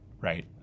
right